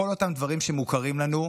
כל אותם דברים שמוכרים לנו,